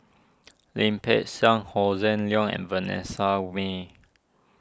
Lim Peng Siang Hossan Leong and Vanessa Mae